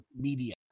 media